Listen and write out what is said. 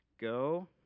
go